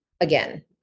again